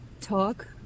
talk